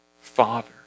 Father